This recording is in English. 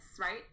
right